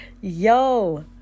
Yo